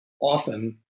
often